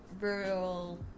rural